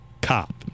cop